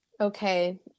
Okay